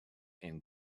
and